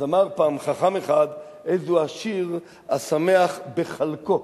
אז אמר פעם חכם אחד: איזהו עשיר, השמח בחַלקו,